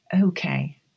Okay